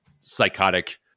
psychotic